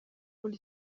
muri